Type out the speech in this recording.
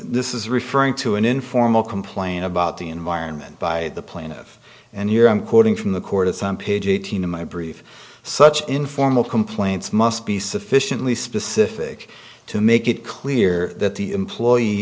this is referring to an informal complain about the environment by the plaintiff and here i'm quoting from the court of some page eighteen of my brief such informal complaints must be sufficiently specific to make it clear that the employee